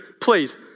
please